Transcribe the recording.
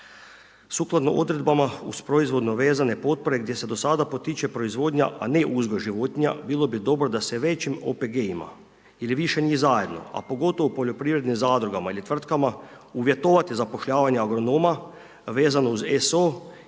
Sukladno odredbama uz proizvodno vezane potpore gdje se do sada potiče proizvodnja, a ne uzgoj životinja, bilo bi dobro većim OPG-ima, ili više njih zajedno, a pogotovo u poljoprivrednim zadrugama ili tvrtkama uvjetovati zapošljavati agronoma, vezano uz SO